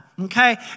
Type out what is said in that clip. okay